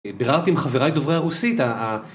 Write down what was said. ביררתי עם חבריי דוברי הרוסית.